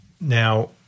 Now